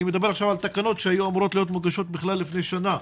אני מדבר עכשיו על תקנות שהיו אמורות להיות מוגשות בכלל לפני שנה,